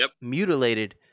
mutilated